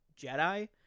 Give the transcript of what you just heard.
Jedi